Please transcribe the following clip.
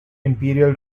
imperial